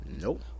Nope